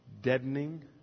deadening